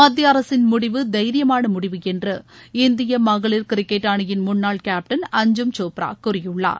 மத்திய அரசின் முடிவு தைரியமான முடிவு என்று இந்திய மகளிர் கிரிக்கெட் அணியின் முன்னாள் கேப்டன் அஞ்சும் சோப்ரா கூறியுள்ளார்